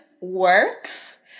works